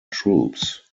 troops